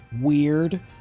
weird